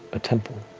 a temple.